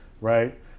right